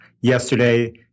yesterday